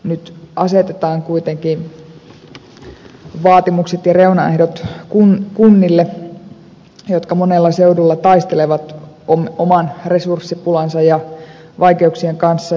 nyt asetetaan kuitenkin vaatimukset ja reunaehdot kunnille jotka monella seudulla taistelevat oman resurssipulansa ja vaikeuksien kanssa